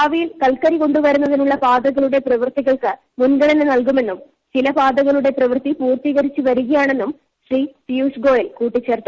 ഭാവിയിൽ കൽക്കരികൊണ്ടുവരുണ്ടിിനുള്ള പാതകളുടെ പണികൾക്ക് മുൻഗണന നൽകുമെന്നും ചില പാതകളുടെ പണി പൂർത്തീകരിച്ചു വരികയാണെന്നും ശ്രീ പീയുഷ് ഗോയൽ കൂട്ടിച്ചേർത്തു